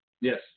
Yes